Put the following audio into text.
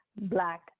Black